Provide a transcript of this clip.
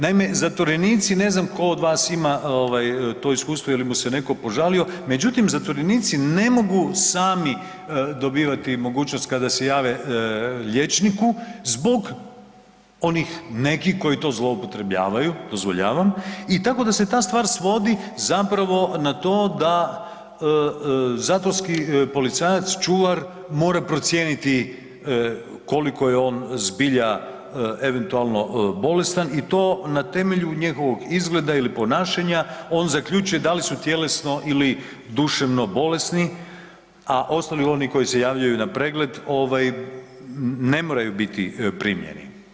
Naime, zatvorenici, ne znam tko od vas ima ovaj to iskustvo ili mu se neko požalio, međutim zatvorenici ne mogu sami dobivati mogućnost kada se jave liječniku zbog onih nekih koji to zloupotrebljavaju, dozvoljavam, i tako da se ta stvar svodi zapravo na to da zatvorski policajac, čuvar, mora procijeniti koliko je on zbilja eventualno bolestan i to na temelju njegovog izgleda ili ponašanja on zaključuje da li su tjelesno ili duševno bolesni, a ostali oni koji se javljaju na pregled ovaj ne moraju biti primljeni.